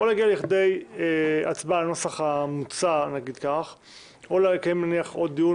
להגיע להצבעה על הנוסח המוצע או לקיים עוד דיון